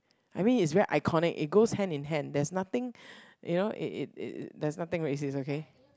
I mean it's very iconic it goes hand in hand there's nothing you know it it it it that's nothing racist okay